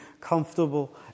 comfortable